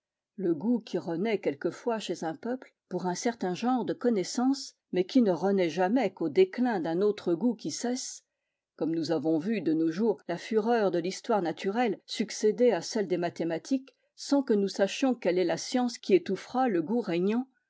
le goût qui renaît quelquefois chez un peuple pour un certain genre de connaissances mais qui ne renaît jamais qu'au déclin d'un autre goût qui cesse comme nous avons vu de nos jours la fureur de l'histoire naturelle succéder à celle des mathématiques sans que nous sachions quelle est la science qui étouffera le goût régnant